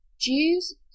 jews